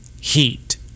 heat